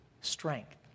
strength